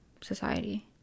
society